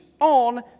on